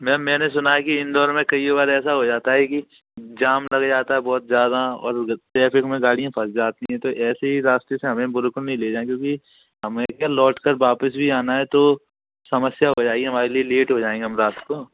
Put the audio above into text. ma'am मैंने सुना है कि इंदौर में कई बार ऐसा हो जाता है कि जाम लग जाता है बहुत जादा और ट्रैफिक में गाड़ियां फंस जाती हैं तो ऐसे ही रास्ते से हमें बिलकुल नहीं ले जाएं क्योंकि हमें कल लौट कर वापिस भी जाना है तो समस्या हो जाएगी हमारे लिए लेट हो जाएंगे हम रात को